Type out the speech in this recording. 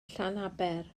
llanaber